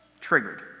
triggered